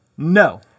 No